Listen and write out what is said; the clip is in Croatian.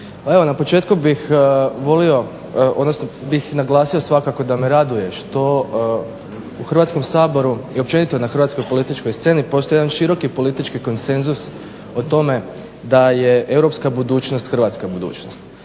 na početku bih naglasio svakako da me raduje što u Hrvatskom saboru i općenito na hrvatskoj političkoj sceni postoji jedan široki politički konsenzus o tome da je europska budućnost hrvatska budućnost.